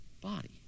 body